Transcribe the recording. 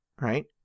right